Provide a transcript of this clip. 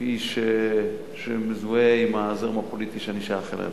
כאיש שמזוהה עם הזרם הפוליטי שאני שייך אליו.